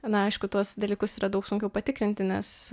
na aišku tuos dalykus yra daug sunkiau patikrinti nes